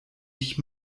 ich